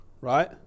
Right